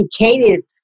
educated